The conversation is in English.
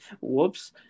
whoops